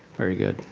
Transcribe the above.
very good.